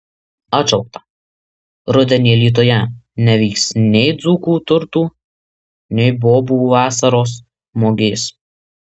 atšaukta rudenį alytuje nevyks nei dzūkų turtų nei bobų vasaros mugės